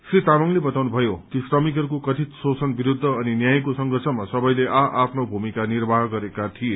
श्री तामाङले श्रमिकहरूको कथित शोषण विरूद्व अनि न्यायको संघर्षमा सबैले आ आफ्नो भूमिका निर्वाह गरेका थिए